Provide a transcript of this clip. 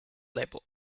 label